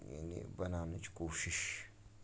یعنی بَناونٕچ کوٗشِش